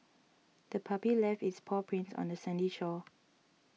the puppy left its paw prints on the sandy shore